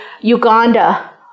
Uganda